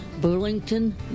Burlington